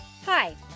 Hi